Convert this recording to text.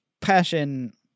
passion